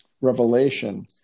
revelation